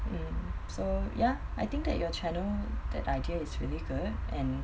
mm so ya I think that your channel that idea is really good and